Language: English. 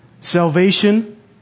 salvation